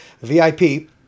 vip